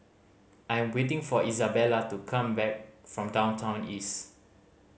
I am waiting for Izabella to come back from Downtown East